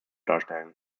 darstellen